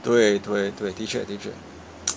对对对的确的确